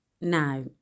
Now